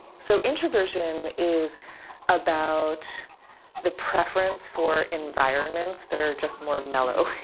so introversion is about the preference for environments that are just more mellow,